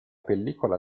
pellicola